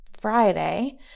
Friday